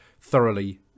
thoroughly